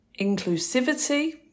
inclusivity